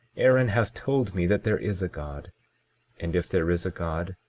aaron hath told me that there is a god and if there is a god,